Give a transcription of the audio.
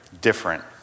different